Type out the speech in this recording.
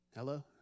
Hello